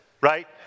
right